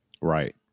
Right